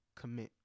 commit